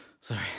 Sorry